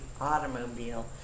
automobile